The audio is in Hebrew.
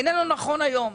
איננו נכון היום.